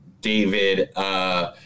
David